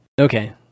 okay